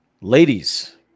Ladies